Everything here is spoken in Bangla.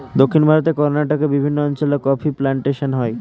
দক্ষিণ ভারতে কর্ণাটকের বিভিন্ন অঞ্চলে কফি প্লান্টেশন হয়